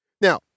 Now